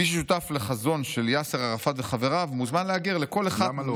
"מי ששותף לחזון של יאסר ערפאת וחבריו מוזמן להגר" למה לא,